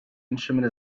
instrument